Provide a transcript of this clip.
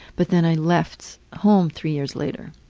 but then i left home three years later.